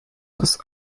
das